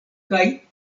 kaj